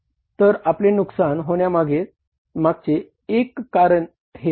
तर आपले नुकसान होण्यामागचे ते एक कारण आहे